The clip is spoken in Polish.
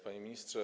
Panie Ministrze!